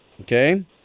Okay